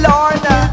Lorna